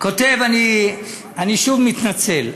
אני שוב מתנצל.